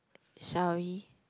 shall we